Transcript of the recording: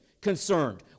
concerned